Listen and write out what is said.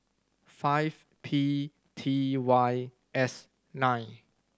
five P T Y S nine